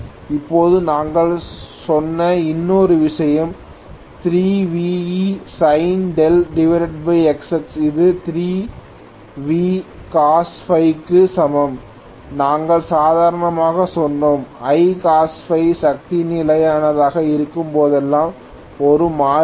இப்போது நாங்கள் சொன்ன இன்னொரு விஷயம் 3 VE sin Xs இது 3V cos Φ க்கு சமம் நாங்கள் சாதாரணமாக சொன்னோம் I cos Φ சக்தி நிலையானதாக இருக்கும்போதெல்லாம் ஒரு மாறிலி